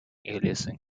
aliasing